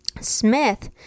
Smith